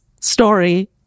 story